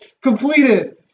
completed